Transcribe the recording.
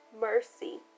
mercy